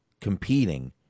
competing